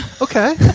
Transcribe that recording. Okay